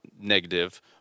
negative